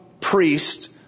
priest